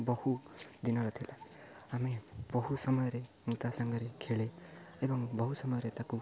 ବହୁ ଦିନରେ ଥିଲା ଆମେ ବହୁ ସମୟରେ ମୁଁ ତା' ସାଙ୍ଗରେ ଖେଳେ ଏବଂ ବହୁ ସମୟରେ ତାକୁ